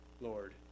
Lord